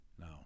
No